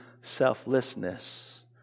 selflessness